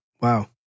Wow